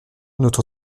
notre